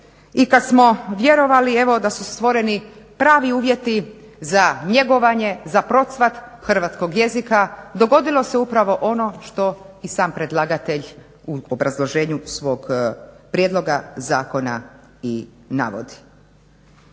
i kada smo vjerovali evo da su stvoreni pravi uvjeti za njegovanje, za procvat hrvatskog jezika dogodilo se upravo ono što i sam predlagatelj u obrazloženju svog prijedloga zakona i navodi.